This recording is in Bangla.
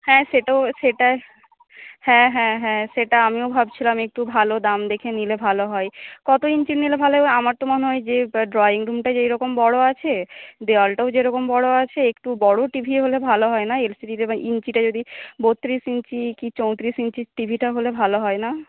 হ্যাঁ সেতো সেটা হ্যাঁ হ্যাঁ হ্যাঁ সেটা আমিও ভাবছিলাম একটু ভাল দাম দেখে নিলে ভাল হয় কত ইঞ্চির নিলে ভাল হয় আমার তো মনে হয় যে ড্রয়িং রুমটা যেরকম বড় আছে দেওয়ালটাও যেরকম বড় আছে একটু বড় টিভি হলে ভাল হয় নাহ এলসিডির ইঞ্চিটা যদি বত্রিশ ইঞ্চি কি চৌত্রিশ ইঞ্চির টিভিটা হলে ভাল হয় নাহ